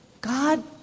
God